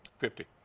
fifty.